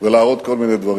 ולהראות כל מיני דברים.